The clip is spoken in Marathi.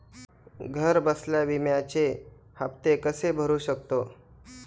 घरबसल्या विम्याचे हफ्ते कसे भरू शकतो?